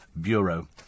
Bureau